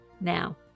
now